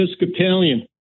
Episcopalian